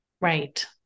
Right